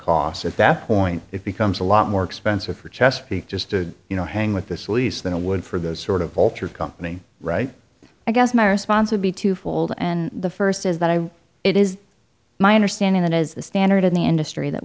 cost at that point it becomes a lot more expensive for chesapeake just to you know hang with this lease than a wood for the sort of vulture company right i guess my response would be twofold and the first is that i it is my understanding that is the standard in the industry that